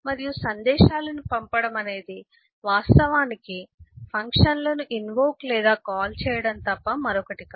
మరియు సందేశాలను పంపడం అనేది వాస్తవానికి ఫంక్షన్లను ఇన్వోక్ లేదా కాల్ చేయడం తప్ప మరొకటి కాదు